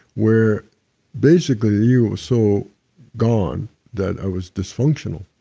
where basically you were so gone that i was dysfunctional,